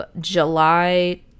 July